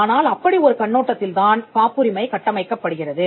ஆனால் அப்படி ஒரு கண்ணோட்டத்தில் தான் காப்புரிமை கட்டமைக்கப்படுகிறது